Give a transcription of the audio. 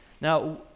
now